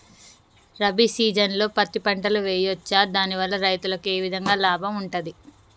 రబీ సీజన్లో పత్తి పంటలు వేయచ్చా దాని వల్ల రైతులకు ఏ విధంగా లాభం ఉంటది?